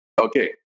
Okay